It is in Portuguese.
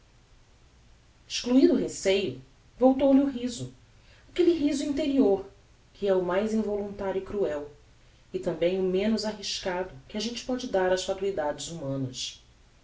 excluido o receio voltou-lhe o riso aquelle riso interior que é o mais involuntario e cruel e tambem o menos arriscado que a gente póde dar ás fatuidades humanas